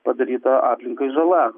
padaryta aplinkai žala